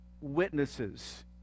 witnesses